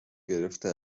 گرفته